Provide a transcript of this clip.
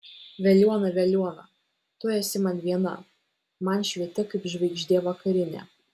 veliuona veliuona tu esi man viena man švieti kaip žvaigždė vakarinė